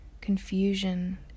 confusion